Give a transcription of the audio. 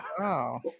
Wow